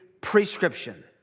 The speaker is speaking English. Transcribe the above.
prescription